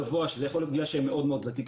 שזה יכול להיות בגלל שהם מאוד ותיקים,